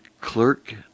Clerk